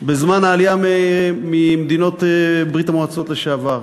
בזמן העלייה ממדינות ברית-המועצות לשעבר.